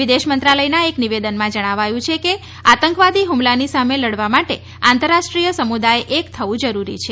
વિદેશ મંત્રાલયના એક નિવેદનમાં જણાવાયું છે કે આતંકવાદી હ્મલાની સામે લડવા માટે આંતરરાષ્ટ્રીય સમુદાયે એક થવું જરૂરી છે